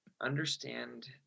understand